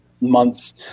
months